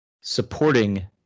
supporting